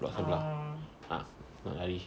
blok sebelah ah nak lari